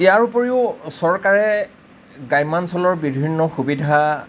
ইয়াৰোপৰিও চৰকাৰে গ্ৰাম্যাঞ্চলৰ বিভিন্ন সুবিধা